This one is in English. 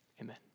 Amen